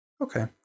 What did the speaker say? Okay